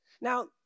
Now